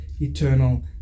eternal